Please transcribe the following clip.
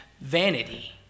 vanity